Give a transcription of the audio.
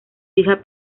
hija